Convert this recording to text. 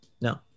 No